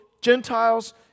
Gentiles